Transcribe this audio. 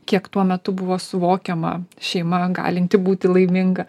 kiek tuo metu buvo suvokiama šeima galinti būti laiminga